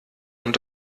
und